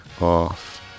off